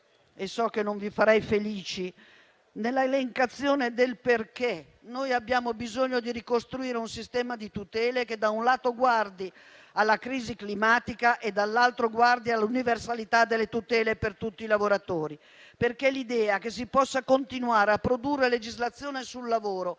e so che non vi farei felici - nell'elencazione dei perché abbiamo bisogno di ricostruire un sistema di tutele che, da un lato, guardi alla crisi climatica e, dall'altro, all'universalità delle tutele per tutti i lavoratori, perché l'idea che si possa continuare a produrre legislazione sul lavoro,